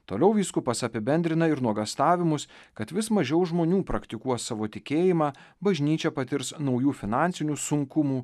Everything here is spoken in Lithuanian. toliau vyskupas apibendrina ir nuogąstavimus kad vis mažiau žmonių praktikuos savo tikėjimą bažnyčia patirs naujų finansinių sunkumų